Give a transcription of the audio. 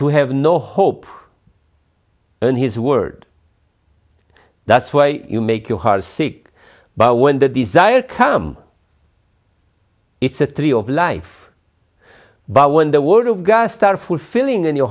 to have no hope and his word that's why you make your heart sick but when the desire come it's a tree of life but when the word of god start fulfilling in your